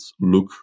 look